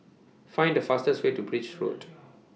Find The fastest Way to Birch Road